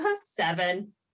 Seven